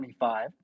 25